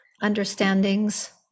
understandings